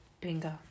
Bingo